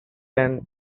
and